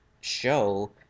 show